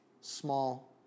small